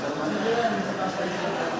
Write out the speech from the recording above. ואני רוצה לתאר בכל זאת את התהליך.